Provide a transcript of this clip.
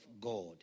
God